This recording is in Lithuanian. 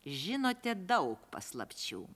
žinote daug paslapčių